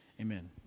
Amen